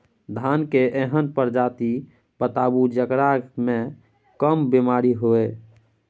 धान के एहन प्रजाति बताबू जेकरा मे कम बीमारी हैय?